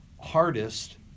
hardest